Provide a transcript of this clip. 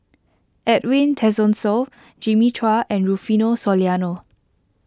Edwin Tessensohn Jimmy Chua and Rufino Soliano